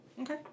Okay